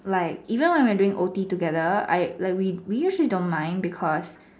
like even when we were doing O_T together I like we we actually don't mind because